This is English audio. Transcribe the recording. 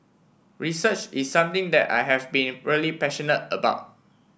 research is something that I have been really passionate about